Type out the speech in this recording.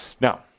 Now